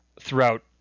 throughout